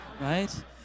right